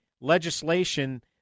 legislation